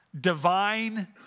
divine